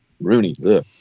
Rooney